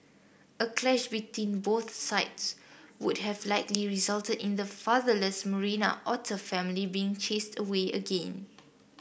a clash between both sides would have likely resulted in the fatherless Marina otter family being chased away again